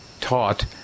taught